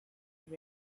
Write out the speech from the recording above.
have